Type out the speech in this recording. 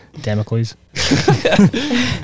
Damocles